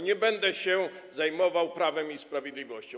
Nie będę się zajmował Prawem i Sprawiedliwością.